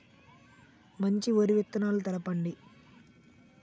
మంచి వరి విత్తనాలు పేర్లు చెప్పండి?